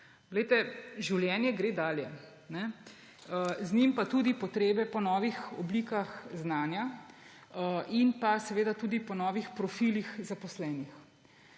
Življenje gre dalje, z njim pa tudi potrebe po novih oblikah znanja in tudi po novih profilih zaposlenih.